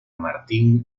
martín